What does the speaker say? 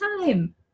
time